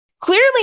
Clearly